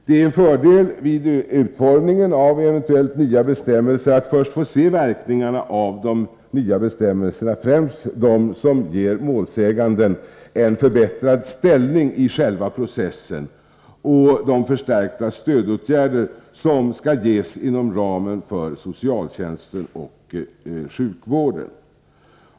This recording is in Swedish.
Det är en fördel vid utformningen av eventuellt nya bestämmelser att först få se verkningarna av de nya bestämmelserna, främst dem som ger målsäganden en förbättrad ställning i själva processen och de förstärkta stödåtgärder som skall ges inom ramen för socialtjänsten och sjukvården.